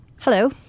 Hello